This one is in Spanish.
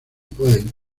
pueden